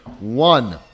One